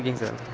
ஓகேங்க சார்